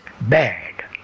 bad